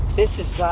this is, ah.